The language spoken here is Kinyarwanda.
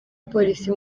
polisi